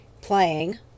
playing